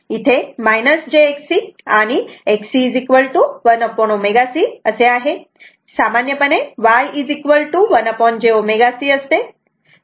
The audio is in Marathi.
इथे jXC आणि XC1ω C असे आहे सामान्यपणे Y 1 j ω C असते